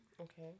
Okay